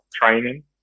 training